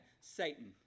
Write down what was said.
Satan